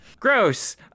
Gross